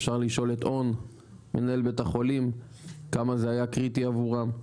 אפשר לשאול את און מנהל בית החולים כמה זה היה קריטי עבורם,